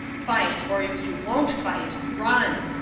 fight, or if you won't fight run!